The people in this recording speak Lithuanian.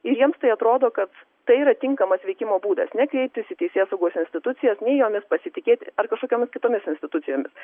ir jiems tai atrodo kad tai yra tinkamas veikimo būdas ne kreiptis į teisėsaugos institucijas nei jomis pasitikėti ar kažkokiomis kitomis institucijomis